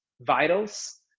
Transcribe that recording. vitals